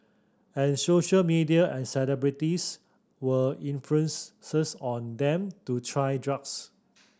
and social media and celebrities were influence on them to try drugs